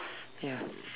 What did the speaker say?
ya